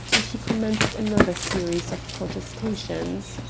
and he commenced another series of protestations.